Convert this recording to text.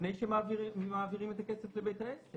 לפני שמעבירים את הכסף לבית העסק.